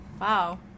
Wow